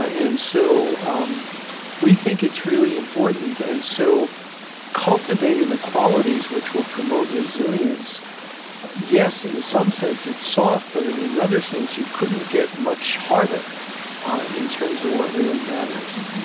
ah so um we think it's really important. and so cultivating the qualities which will promote resilience yes, in some sense it's soft, but in another sense, you couldn't get much harder in terms of what really matters